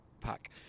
pack